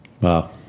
Wow